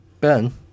Ben